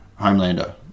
Homelander